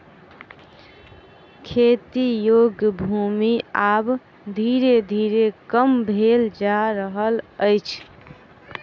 खेती योग्य भूमि आब धीरे धीरे कम भेल जा रहल अछि